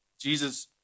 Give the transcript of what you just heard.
Jesus